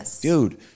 dude